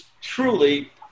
truly